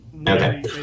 Okay